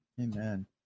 Amen